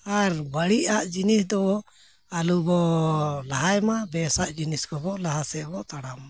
ᱟᱨ ᱵᱟᱹᱲᱤᱡ ᱟᱜ ᱡᱤᱱᱤᱥ ᱫᱚ ᱟᱞᱚ ᱵᱚᱱ ᱞᱟᱦᱟᱭ ᱢᱟ ᱵᱮᱥᱟᱜ ᱡᱤᱱᱤᱥ ᱠᱚᱵᱚᱱ ᱞᱟᱦᱟ ᱥᱮᱫ ᱵᱚᱱ ᱛᱟᱲᱟᱢ ᱢᱟ